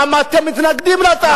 למה אתם מתנגדים להצעת החוק,